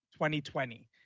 2020